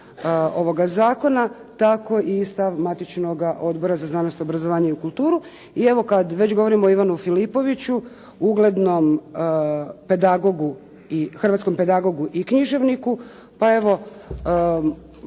ovoga zakona tako i stav matičnoga Odbora za znanost, obrazovanje i kulturu. I evo kad već govorimo o Ivanu Filipoviću, uglednom pedagogu, hrvatskom pedagogu i književniku. Pa evo